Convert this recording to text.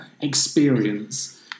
experience